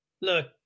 Look